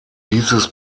dieses